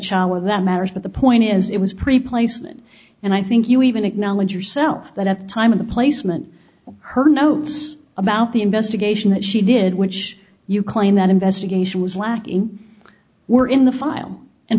or that matters but the point is it was pretty placement and i think you even acknowledge yourself that at the time of the placement of her notes about the investigation that she did which you claim that investigation was lacking were in the file and